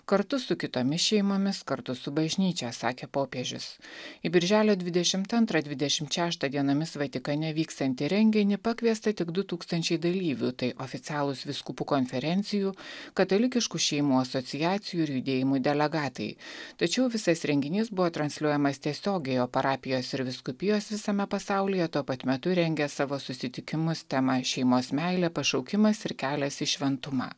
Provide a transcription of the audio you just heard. kartu su kitomis šeimomis kartu su bažnyčia sakė popiežius į birželio dvidešimt antrą dvidešimt šeštą dienomis vatikane vykstantį renginį pakviesta tik du tūkstančiai dalyvių tai oficialūs vyskupų konferencijų katalikiškų šeimų asociacijų ir judėjimų delegatai tačiau visas renginys buvo transliuojamas tiesiogiai o parapijos ir vyskupijos visame pasaulyje tuo pat metu rengė savo susitikimus tema šeimos meilė pašaukimas ir kelias į šventumą